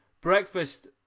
Breakfast